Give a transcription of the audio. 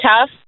tough